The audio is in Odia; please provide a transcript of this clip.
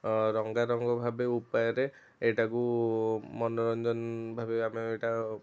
ଅ ରଙ୍ଗାରଙ୍ଗ ଭାବେ ଉପାୟ ରେ ଏଇଟାକୁ ମନୋରଞ୍ଜନ ଭାବେ ଆମେ ଏଇଟା